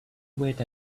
wait